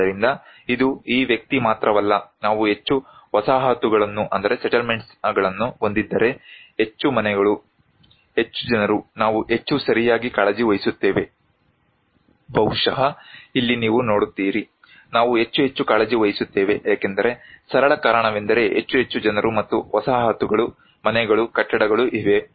ಆದ್ದರಿಂದ ಇದು ಈ ವ್ಯಕ್ತಿ ಮಾತ್ರವಲ್ಲ ನಾವು ಹೆಚ್ಚು ವಸಾಹತುಗಳನ್ನು ಹೊಂದಿದ್ದರೆ ಹೆಚ್ಚು ಮನೆಗಳು ಹೆಚ್ಚು ಜನರು ನಾವು ಹೆಚ್ಚು ಸರಿಯಾಗಿ ಕಾಳಜಿ ವಹಿಸುತ್ತೇವೆ ಬಹುಶಃ ಇಲ್ಲಿ ನೀವು ನೋಡುತ್ತೀರಿ ನಾವು ಹೆಚ್ಚು ಹೆಚ್ಚು ಕಾಳಜಿ ವಹಿಸುತ್ತೇವೆ ಏಕೆಂದರೆ ಸರಳ ಕಾರಣವೆಂದರೆ ಹೆಚ್ಚು ಹೆಚ್ಚು ಜನರು ಮತ್ತು ವಸಾಹತುಗಳು ಮನೆಗಳು ಕಟ್ಟಡಗಳು ಇವೆ